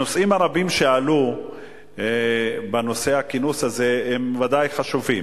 הנושאים הרבים שעלו בנושא הכינוס הזה הם בוודאי חשובים,